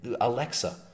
Alexa